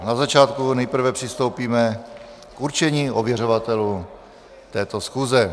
Na začátku nejprve přistoupíme k určení ověřovatelů této schůze.